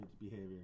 behavior